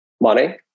money